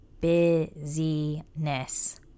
busyness